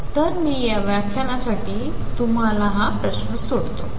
तर मी या व्याख्यानासाठी तुम्हाला हा प्रश्न सोडतो